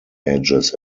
edges